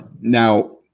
now